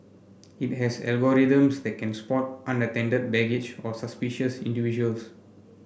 it has algorithms that can spot unattended baggage or suspicious individuals